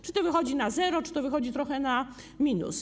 Czy to wychodzi na zero, czy to wychodzi trochę na minus?